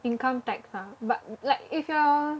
income tax ah but like if your